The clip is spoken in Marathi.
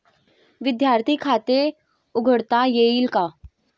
विद्यार्थी खाते उघडता येईल का?